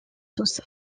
tous